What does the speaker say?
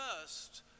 first